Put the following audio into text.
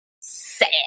sad